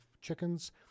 chickens